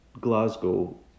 Glasgow